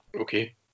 Okay